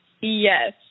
Yes